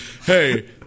hey